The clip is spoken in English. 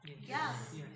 Yes